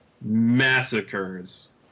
massacres